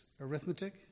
arithmetic